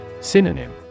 Synonym